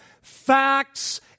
facts